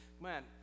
Man